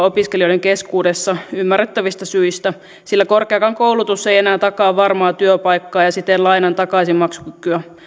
opiskelijoiden keskuudessa ymmärrettävistä syistä sillä korkeakaan koulutus ei enää takaa varmaa työpaikkaa ja siten lainan takaisinmaksukykyä